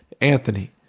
Anthony